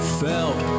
felt